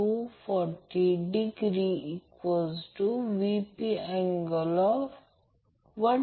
आणि हे वायंडीग सुद्धा एकमेकांपासून 120° वेगळे ठेवलेले आहेत